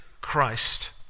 Christ